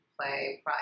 play